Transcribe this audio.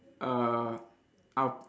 uh